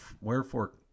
Wherefore